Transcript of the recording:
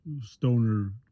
Stoner